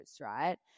right